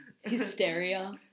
hysteria